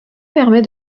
permet